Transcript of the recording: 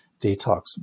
detox